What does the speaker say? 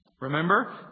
Remember